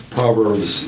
Proverbs